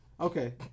okay